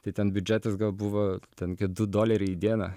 tai ten biudžetas buvo ten kokie du doleriai į dieną